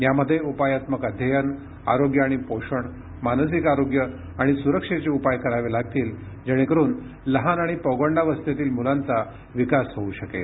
यामध्ये उपायात्मक अध्ययन आरोग्य आणि पोषण मानसिक आरोग्य आणि सुरक्षेचे उपाय करावे लागतील जेणेकरुन लहान आणि पौगंडावस्थेतील मुलांचा विकास होऊ शकेल